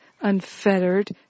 Unfettered